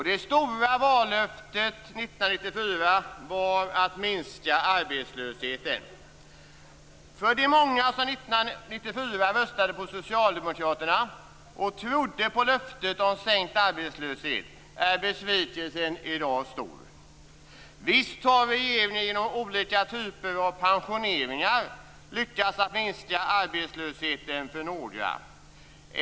Det stora vallöftet 1994 var att minska arbetslösheten. För de många som 1994 röstade på Socialdemokraterna och trodde på löftet om sänkt arbetslöshet är besvikelsen i dag stor. Visst har regeringen med olika typer av pensioneringar lyckats att minska arbetslösheten för några.